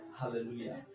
Hallelujah